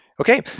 Okay